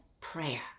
prayer